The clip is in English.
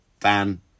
Van